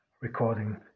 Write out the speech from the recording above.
recording